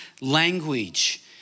language